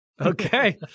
Okay